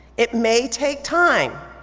it may take time,